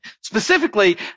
Specifically